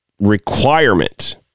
requirement